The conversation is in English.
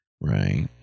Right